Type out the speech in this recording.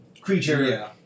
creature